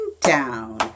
down